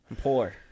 poor